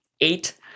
Eight